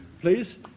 please